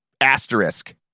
asterisk